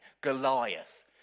Goliath